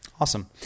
Awesome